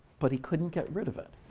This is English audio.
but he couldn't get rid of it.